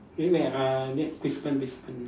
eh where uh ne~ Brisbane Brisbane